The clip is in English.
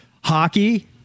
hockey